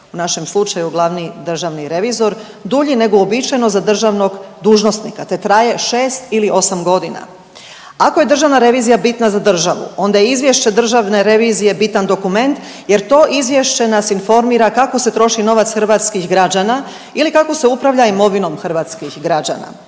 u našem slučaju glavni državni revizor, dulji nego uobičajeno za državnog dužnosnika, te traje 6. ili 8.g.. Ako je državna revizija bitna za državu onda je izvješće državne revizije bitan dokument jer to izvješće nas informira kako se troši novac hrvatskih građana ili kako se upravlja imovinom hrvatskih građana.